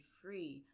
free